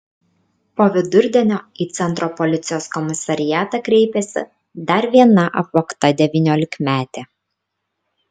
po vidurdienio į centro policijos komisariatą kreipėsi dar viena apvogta devyniolikmetė